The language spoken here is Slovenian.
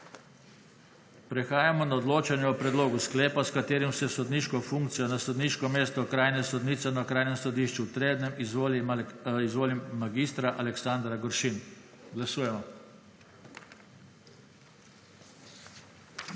Prehajamo na odločanje o predlogu sklepa, s katerim se v sodniško funkcijo na sodniško mesto okrajne sodnice na Okrajnem sodišču v Trebnjem izvoli mag. Aleksandra Goršin. Glasujemo.